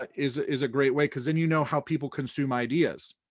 but is ah is a great way because then you know how people consume ideas.